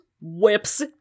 whips